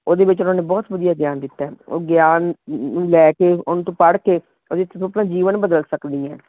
ਉਹਦੇ ਵਿੱਚ ਉਨ੍ਹਾਂ ਨੇ ਬਹੁਤ ਵਧੀਆ ਗਿਆਨ ਦਿੱਤਾ ਉਹ ਗਿਆਨ ਨੂੰ ਲੈ ਕੇ ਉਹ ਤੋਂ ਪੜ੍ਹ ਕੇ ਉਹਦੇ ਤੋਂ ਤੂੰ ਆਪਣਾ ਜੀਵਨ ਬਦਲ ਸਕਦੀ ਹੈ